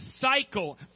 cycle